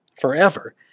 forever